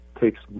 takes